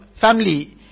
family